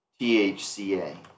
THCA